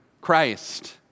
Christ